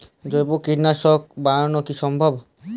জৈব কীটনাশক বানানো কি সম্ভব?